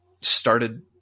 started